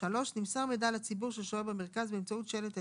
(3)נמסר מידע לציבור ששוהה במרכז באמצעות שלט אלקטרוני,